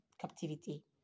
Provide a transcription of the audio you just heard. captivity